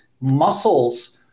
muscles